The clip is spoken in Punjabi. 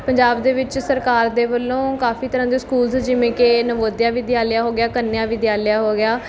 ਪੰਜਾਬ ਦੇ ਵਿੱਚ ਸਰਕਾਰ ਦੇ ਵੱਲੋਂ ਕਾਫੀ ਤਰ੍ਹਾਂ ਦੇ ਸਕੂਲਸ ਜਿਵੇਂ ਕਿ ਨਵੋਦਿਆ ਵਿਦਿਆਲਿਆ ਹੋ ਗਿਆ ਕੰਨਿਆ ਵਿਦਿਆਲਿਆ ਹੋ ਗਿਆ